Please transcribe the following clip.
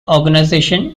organization